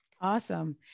Awesome